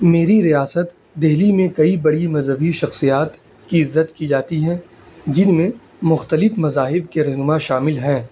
میری ریاست دہلی میں کئی بڑی مذہبی شخصیات کی عزت کی جاتی ہیں جن میں مختلف مذاہب کے رہنما شامل ہیں